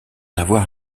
avoir